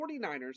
49ers